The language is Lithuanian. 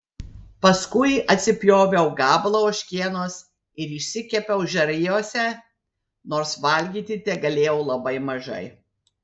paskui atsipjoviau gabalą ožkienos ir išsikepiau žarijose nors valgyti tegalėjau labai mažai